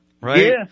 Right